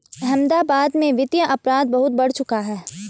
अहमदाबाद में वित्तीय अपराध बहुत बढ़ चुका है